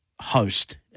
host